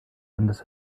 anders